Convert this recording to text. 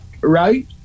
right